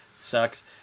sucks